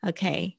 Okay